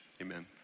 amen